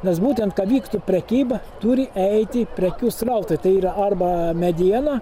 nes būtent ka vyktų prekyba turi eiti prekių srautai tai yra arba mediena